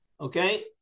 okay